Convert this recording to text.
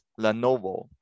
Lenovo